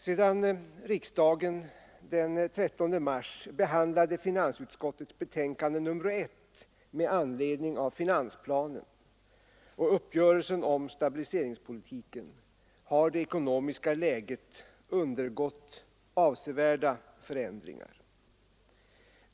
Sedan riksdagen den 13 mars behandlade finansutskottets betänkande nr 1 med anledning av finansplanen och uppgörelsen om stabiliseringspolitiken har det ekonomiska läget undergått avsevärda förändringar.